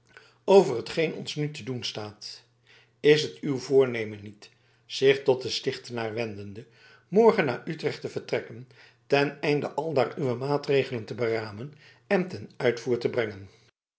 over hetgeen ons nu te doen staat is het uw voornemen niet zich tot den stichtenaar wendende morgen naar utrecht te vertrekken ten einde aldaar uwe maatregelen te beramen en ten uitvoer te brengen